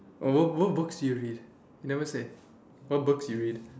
or what what what books do you read you never say what books do you read